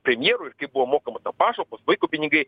premjeru ir kai buvo mokamos pašalpos vaiko pinigai